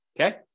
okay